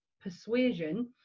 persuasion